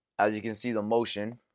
as you can see, the motion